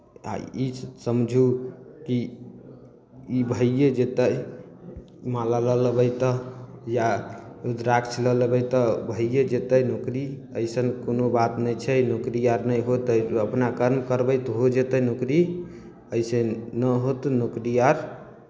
आ ई समझू कि ई भइए जयतै माला लऽ लेबै तऽ या रुद्राक्ष लऽ लेबै तऽ भइए जयतै नौकरी अइसन कोनो बात नहि छै नौकरी आर नहि होतै अपना कर्म करबै तऽ हो जेतै नौकरी एहिसँ नहि होतै नौकरी आर